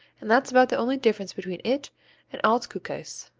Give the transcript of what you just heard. and that's about the only difference between it and alt kuhkase,